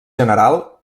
general